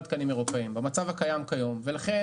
תקנים אירופאים במצב הקיים היום ולכן,